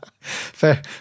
Fair